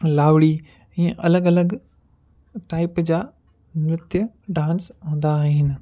लावणी हीअं अलॻि अलॻि टाइप जा नृत डांस हूंदा आहिनि